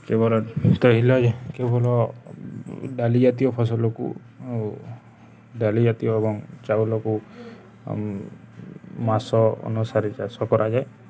କେବଳ କେବଳ ଡାଲି ଜାତୀୟ ଫସଲକୁ ଡାଲି ଜାତୀୟ ଏବଂ ଚାଉଲକୁ ମାସ ଅନୁସାରେ ଚାଷ କରାଯାଏ